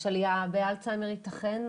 יש עלייה באלצהיימר ייתכן,